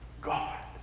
God